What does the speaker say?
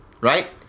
right